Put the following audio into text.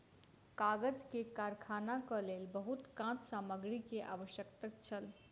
कागज के कारखानाक लेल बहुत काँच सामग्री के आवश्यकता छल